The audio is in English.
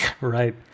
Right